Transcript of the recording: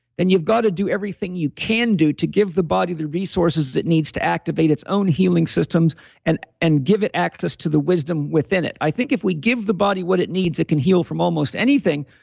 then you've got to do everything you can do to give the body the resources that needs to activate its own healing systems and and give it access to the wisdom within it. i think if we give the body what it needs, it can heal from almost anything.